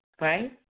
right